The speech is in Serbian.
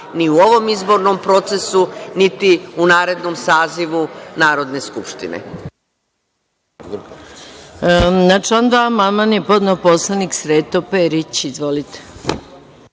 ni u ovom izbornom procesu, niti u narednom sazivu Narodne skupštine.